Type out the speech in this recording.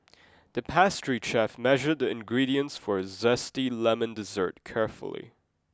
the pastry chef measured the ingredients for a zesty lemon dessert carefully